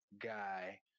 guy